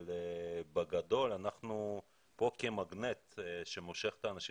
אבל בגדול אנחנו כאן כמגנט שמושך את האנשים